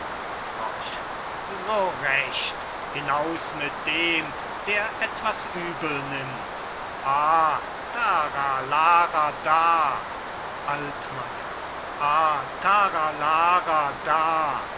so recht hinaus mit dem der etwas übel nimmt a tara lara da altmayer a tara lara da